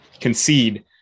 concede